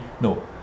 No